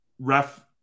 ref